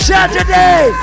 Saturday